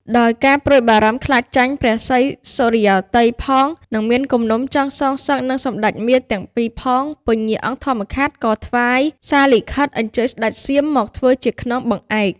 ដោយការព្រួយបារម្មណ៍ខ្លាចចាញ់ ព្រះស្រីសុរិយោទ័យផង និងមានគំនុំចង់សងសឹកនិងសម្ដេចមារទាំងពីរផង ពញ្ញាអង្គធម្មខាត់ ក៏ថ្វាយសារលិខិត អញ្ជើញស្ដេចសៀមមកធ្វើជាខ្នងបង្អែក។